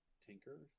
Tinker